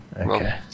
Okay